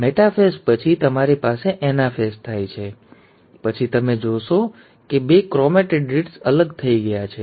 metaphase પછી તમારી પાસે એનાફેઝ થાય છે પછી તમે જોશો કે બે ક્રોમેટિડ્સ અલગ થઈ ગયા છે